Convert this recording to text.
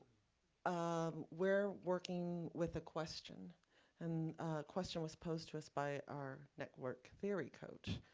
um we're working with the question and question was posed to us by our network theory coach,